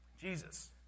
Jesus